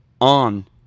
on